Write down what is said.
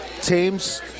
Teams